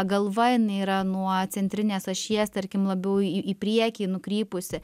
galva jinai yra nuo centrinės ašies tarkim labiau į į priekį nukrypusi